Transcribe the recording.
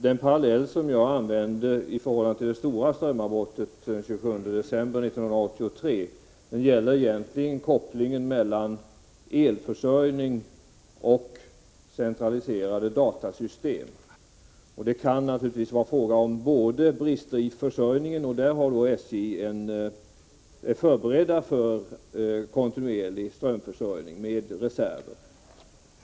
Den parallell jag drog — som avsåg det stora strömavbrottet den 27 december 1983 — gäller egentligen kopplingen mellan elförsörjningen och de centraliserade datasystemen. Det kan i detta sammanhang naturligtvis vara fråga om brister i elförsörjningen. I det avseendet är man på SJ förberedd. För att försäkra sig om en kontinuerlig strömförsörjning har man alltså ”reserver”.